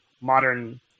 modern